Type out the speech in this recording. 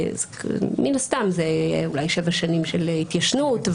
מן הסתם זה אולי 7 שנים של התיישנות.